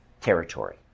territory